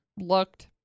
looked